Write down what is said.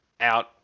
out